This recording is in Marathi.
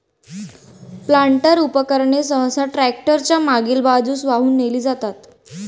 प्लांटर उपकरणे सहसा ट्रॅक्टर च्या मागील बाजूस वाहून नेली जातात